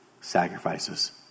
sacrifices